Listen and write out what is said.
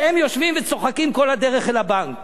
והם יושבים וצוחקים כל הדרך אל הבנק.